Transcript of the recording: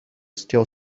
still